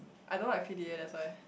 I don't like P_D_A that's why